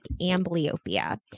amblyopia